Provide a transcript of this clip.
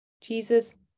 jesus